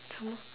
some more